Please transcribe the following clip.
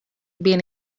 been